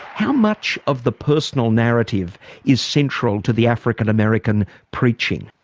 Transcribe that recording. how much of the personal narrative is central to the african american preaching?